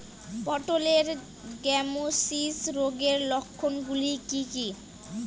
পটলের গ্যামোসিস রোগের লক্ষণগুলি কী কী?